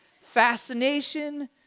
fascination